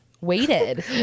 waited